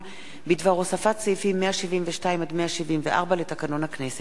בדבר הוספת סעיפים 172 174 לתקנון הכנסת.